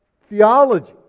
theology